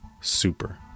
super